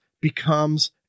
becomes